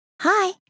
Hi